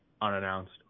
unannounced